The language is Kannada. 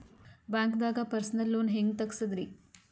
ಬ್ಯಾಂಕ್ದಾಗ ಪರ್ಸನಲ್ ಲೋನ್ ಹೆಂಗ್ ತಗ್ಸದ್ರಿ?